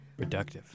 Reductive